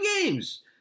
games